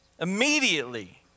Immediately